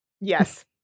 Yes